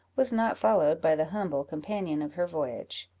was not followed by the humble companion of her voyage.